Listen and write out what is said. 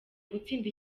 gutsinda